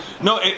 no